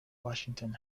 washington